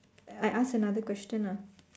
I ask another question ah